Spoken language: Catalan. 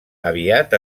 aviat